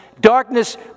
darkness